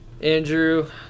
Andrew